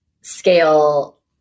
scale